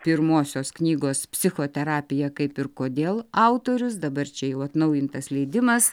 pirmosios knygos psichoterapija kaip ir kodėl autorius dabar čia jau atnaujintas leidimas